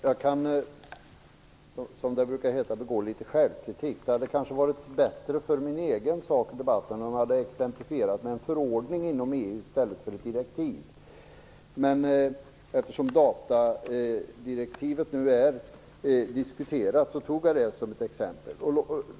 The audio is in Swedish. Herr talman! Jag skall kanske utöva litet av självkritik. Det hade möjligen varit bättre för min egen sak i debatten, om jag hade exemplifierat med en förordning inom EU i stället för med ett direktiv, men eftersom datadirektivet nu är föremål för diskussion, valde jag det exemplet.